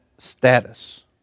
Status